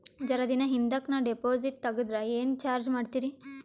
ಜರ ದಿನ ಹಿಂದಕ ನಾ ಡಿಪಾಜಿಟ್ ತಗದ್ರ ಏನ ಚಾರ್ಜ ಮಾಡ್ತೀರಿ?